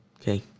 Okay